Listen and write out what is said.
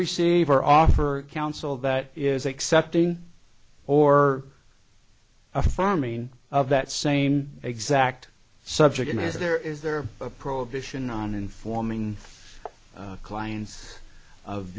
receive or offer counsel that is accepting or affirming of that same exact subject in his there is there a prohibition on informing clients of